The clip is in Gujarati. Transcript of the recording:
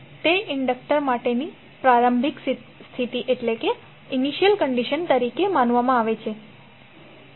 તેથી તે ઇન્ડક્ટર માટેની પ્રારંભિક સ્થિતિ તરીકે માનવામાં આવે છે